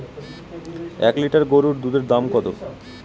এক লিটার গরুর দুধের দাম কত?